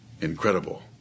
Incredible